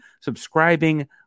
subscribing